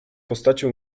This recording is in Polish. postacią